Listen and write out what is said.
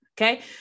Okay